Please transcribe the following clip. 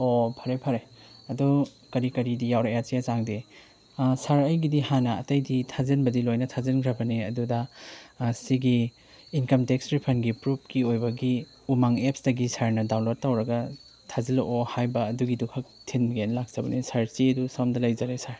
ꯑꯣ ꯐꯔꯦ ꯐꯔꯦ ꯑꯗꯣ ꯀꯔꯤ ꯀꯔꯤꯗꯤ ꯌꯥꯎꯔꯛꯑꯦ ꯆꯦ ꯆꯥꯡꯗꯤ ꯁꯥꯔ ꯑꯩꯒꯤꯗꯤ ꯍꯥꯟꯅ ꯑꯇꯩꯗꯤ ꯊꯥꯖꯤꯟꯕꯗꯤ ꯂꯣꯏꯅ ꯊꯥꯖꯤꯟꯈ꯭ꯔꯕꯅꯦ ꯑꯗꯨꯗ ꯁꯤꯒꯤ ꯏꯟꯀꯝ ꯇꯦꯛꯁ ꯔꯤꯐꯟꯒꯤ ꯄ꯭ꯔꯨꯐꯀꯤ ꯑꯣꯏꯕꯒꯤ ꯎꯃꯪ ꯑꯦꯞꯁꯇꯒꯤ ꯁꯥꯔꯅ ꯗꯥꯎꯟꯂꯣꯠ ꯇꯧꯔꯒ ꯊꯥꯖꯤꯜꯂꯛꯑꯣ ꯍꯥꯏꯕ ꯑꯗꯨꯒꯤꯗꯨꯈꯛ ꯊꯤꯟꯒꯦꯅ ꯂꯥꯛꯆꯕꯅꯦ ꯁꯥꯔ ꯆꯦꯗꯣ ꯁꯣꯝꯗ ꯂꯩꯖꯔꯦ ꯁꯥꯔ